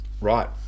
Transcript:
Right